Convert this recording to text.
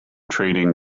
trading